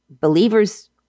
Believers